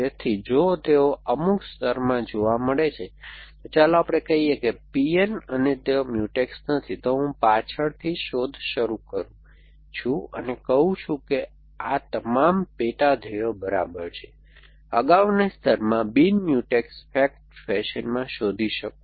તેથી જો તેઓ અમુક સ્તરોમાં જોવા મળે છે તો ચાલો આપણે કહીએ કે P n અને તેઓ Mutex નથી તો હું પાછળની શોધ શરૂ કરું છું અને કહું છું શું હું આ તમામ પેટા ધ્યેયો બરોબર છે અગાઉના સ્તરમાં બિન મ્યુટેક્સ ફેક્ટ ફેશનમાં શોધી શકું